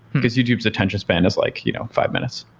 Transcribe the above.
because youtube's attention span is like you know five minutes,